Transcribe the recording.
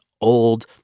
old